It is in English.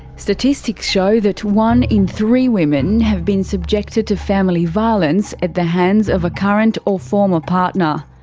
statistics show that one in three women have been subjected to family violence at the hands of a current or former partner.